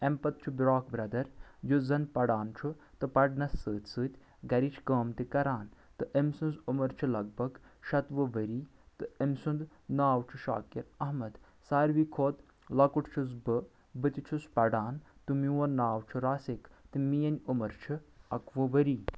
امہِ پتہٕ چھُ بیاکھ برٛدر یُس زَن پران چھُ تہٕ پرنَس سۭتۍ سۭتۍ گرِچ کٲم تہِ کران تہٕ أمۍ سنٛز عُمر چھِ لگ بگ شیٚتوُہ ؤری تہٕ امہِ سُند ناو چھُ شاکِر احمد سارِوٕے کھۄتہٕ لۄکُٹ چھُس بہٕ بہٕ تہِ چھُس پران تہٕ میون ناو چھُ راسِک تہِ میٲنۍ عُمر چھِ اکہٕ وُہ ؤری